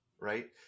right